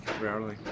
Rarely